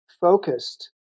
focused